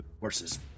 horses